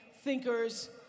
thinkers